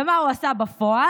ומה הוא עשה בפועל?